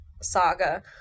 saga